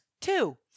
two